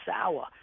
sour